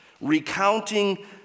recounting